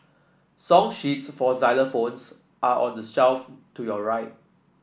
song sheets for xylophones are on the shelf to your right